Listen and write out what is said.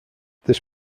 this